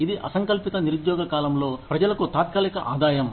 ఇది అసంకల్పిత నిరుద్యోగ కాలంలో ప్రజలకు తాత్కాలిక ఆదాయం